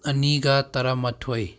ꯑꯅꯤꯒ ꯇꯔꯥ ꯃꯥꯊꯣꯏ